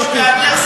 גברתי.